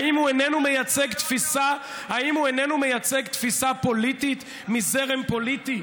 האם הוא איננו מייצג תפיסה פוליטית מזרם פוליטי?